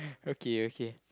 okay okay